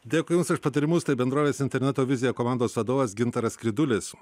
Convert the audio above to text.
dėkui jums už patarimus tai bendrovės interneto vizija komandos vadovas gintaras skridulis